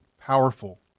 powerful